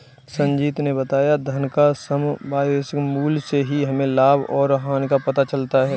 संजीत ने बताया धन का समसामयिक मूल्य से ही हमें लाभ और हानि का पता चलता है